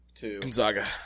Gonzaga